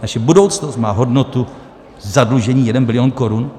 Naše budoucnost má hodnotu zadlužení jeden bilion korun?